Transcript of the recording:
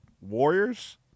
Warriors